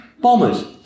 bombers